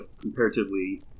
comparatively